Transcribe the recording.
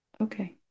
Okay